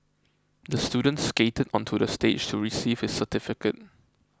the student skated onto the stage to receive his certificate